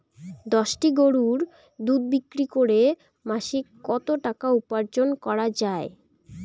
দশটি গরুর দুধ বিক্রি করে মাসিক কত টাকা উপার্জন করা য়ায়?